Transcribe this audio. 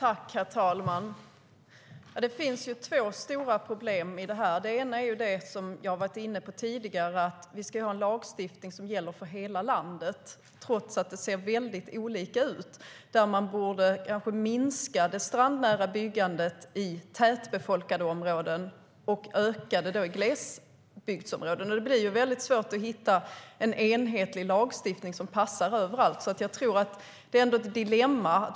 Herr talman! Det finns två stora problem i detta. Det ena är det som jag har varit inne på tidigare: Vi ska ha en lagstiftning som gäller för hela landet trots att det ser väldigt olika ut. Man borde kanske minska det strandnära byggandet i tätbefolkade områden och öka det i glesbygdsområden. Det blir väldigt svårt att hitta en enhetlig lagstiftning som passar överallt. Det är ett dilemma.